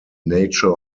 nature